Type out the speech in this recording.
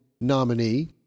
nominee